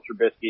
Trubisky